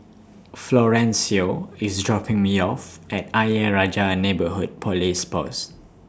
Florencio IS dropping Me off At Ayer Rajah Neighbourhood Police Post